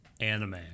anime